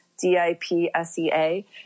D-I-P-S-E-A